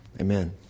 Amen